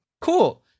Cool